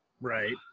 Right